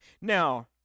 Now